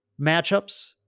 matchups